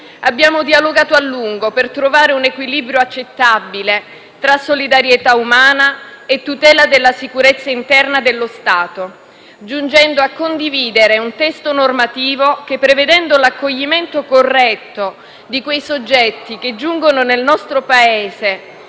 Abbiamo dialogato a lungo per trovare un equilibrio accettabile tra solidarietà umana e tutela della sicurezza interna dello Stato, giungendo a condividere un testo normativo che, prevedendo l'accoglimento corretto di quei soggetti che giungono nel nostro Paese